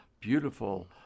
beautiful